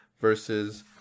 versus